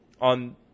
on